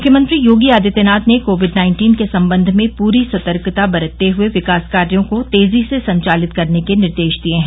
मुख्यमंत्री योगी आदित्यनाथ ने Covid nineteen के संबंध में पूरी सतर्कता बरतते हुए विकास कार्यो को तेजी से संचालित करने के निर्देश दिये हैं